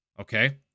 Okay